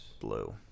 blue